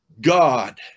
God